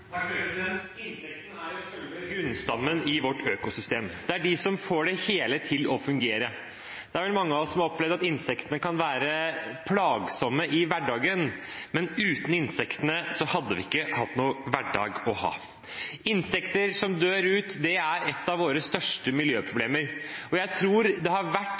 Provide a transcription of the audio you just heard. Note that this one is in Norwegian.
hele til å fungere. Det er vel mange av oss som har opplevd at insektene kan være plagsomme i hverdagen, men uten insektene hadde vi ikke hatt noen hverdag. Insekter som dør ut, er et av våre største miljøproblemer, og jeg tror det kanskje har vært